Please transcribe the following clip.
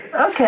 Okay